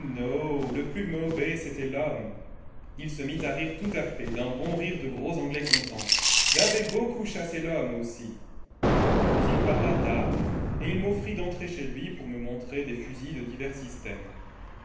le plus mauvaisc'été l'homme il se mit à rire tout à fait d'un bon rire de gros anglais content j'avé beaucoup chassé l'homme aussi puis il parla d'armes et il m'offrit d'entrer chez lui pour me montrer des fusils de divers systèmes